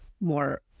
more